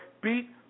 beat